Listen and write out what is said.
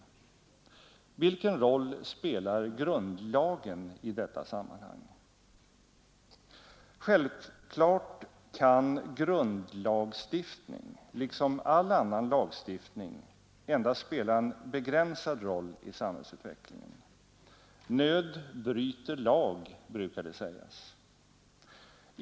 Vilken roll spelar grundlagen i detta sammanhang? Självklart kan grundlagstiftning liksom all annan lagstiftning — endast spela en begränsad roll i samhällsutvecklingen. Nöd bryter lag, brukar det sägas.